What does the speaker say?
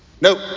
Nope